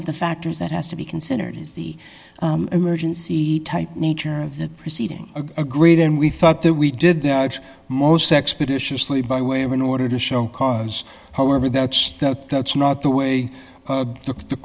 of the factors that has to be considered is the emergency type nature of the proceeding agreed and we thought that we did out most expeditiously by way of an order to show cause however that's that that's not the way the t